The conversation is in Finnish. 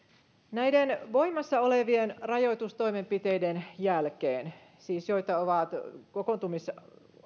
näiden voimassa olevien rajoitustoimenpiteiden jälkeen joita siis ovat kokoontumisien